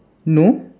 no